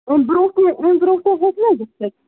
اَمہِ برٛونٛٹھٕے اَمہِ برٛونٛٹھٕے ہیٚکہِ نا گٔژھِتھ